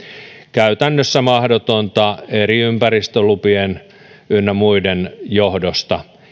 käytännössä mahdotonta eri ympäristölupien ynnä muiden johdosta